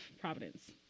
Providence